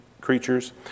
creatures